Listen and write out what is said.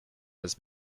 has